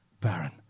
Baron